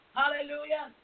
hallelujah